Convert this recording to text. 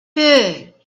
big